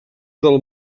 del